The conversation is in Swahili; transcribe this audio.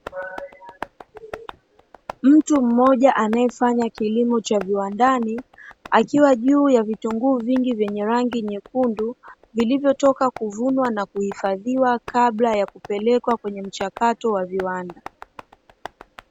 Mtu mmoja anayefanya kilimo cha viwandani akiwa juu ya vitunguu vingi vyenye rangi nyekundu, vilivyotoka kuvunwa na kuhifadhiwa kabla ya kupelekwa kwenye mchakato wa viwanda.